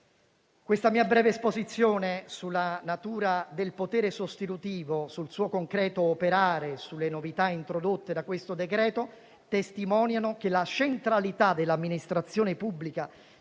Questa mia breve esposizione sulla natura del potere sostitutivo, sul suo concreto operare, sulle novità introdotte da questo decreto testimoniano che la centralità dell'amministrazione pubblica